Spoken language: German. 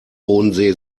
bodensee